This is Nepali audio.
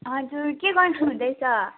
हजुर के गर्नु हुँदैछ